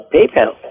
PayPal